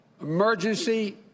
Emergency